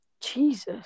Jesus